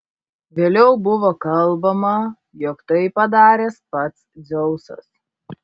vėliau buvo kalbama jog tai padaręs pats dzeusas